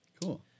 Cool